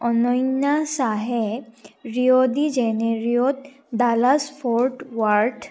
অনন্যা শ্বাহে Rio de জেনেইৰোত Dallas Fort Worth